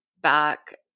back